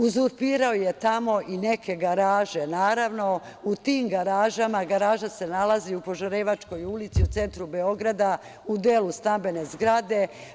Uzurpirao je tamo i neke garaže, naravno, u tim garažama, garaža se nalazi u Požarevačkoj ulici, u centru Beograda, u delu stambene zgrade.